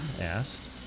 asked